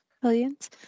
Brilliant